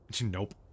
Nope